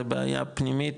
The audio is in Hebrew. זה בעיה פנימית,